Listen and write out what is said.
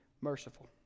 merciful